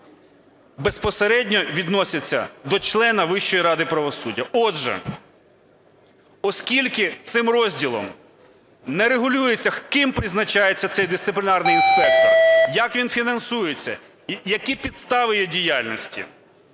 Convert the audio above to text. безпосередньо відносяться до члена Вищої ради правосуддя. Отже, оскільки цим розділом не регулюється, ким призначається цей дисциплінарний інспектор, як він фінансується, які підстави його діяльності,